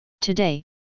Today